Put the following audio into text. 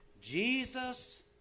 Jesus